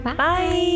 Bye